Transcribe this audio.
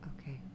Okay